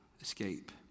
escape